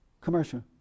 Commercial